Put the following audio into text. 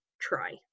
Try